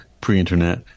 pre-internet